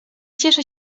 cieszę